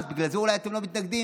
בגלל זה אולי אתם לא מתנגדים,